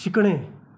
शिकणे